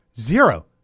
Zero